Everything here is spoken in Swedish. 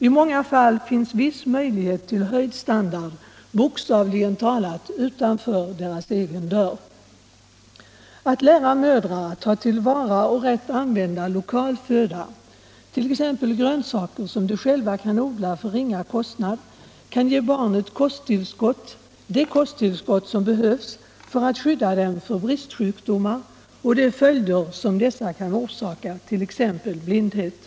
I många fall finns viss möjlighet till en höjd standard bokstavligen talat utanför deras egen dörr. Att lära mödrar att ta till vara och rätt använda lokal föda, t.ex. grönsaker som de själva kan odla för ringa kostnad, kan ge barn det kosttillskott som behövs för att skydda dem för bristsjukdomar och de följder som dessa kan orsaka, t.ex. blindhet.